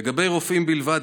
לגבי רופאים בלבד,